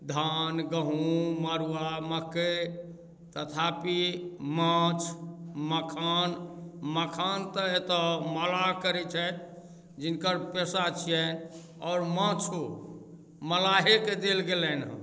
धान गहुँम मरुआ मकइ तथापि माछ मखान मखान तऽ एतऽ मल्लाह करैत छथि जिनकर पेशा छिअनि आओर माछो मल्लाहेके देल गेलनि हँ